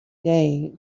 day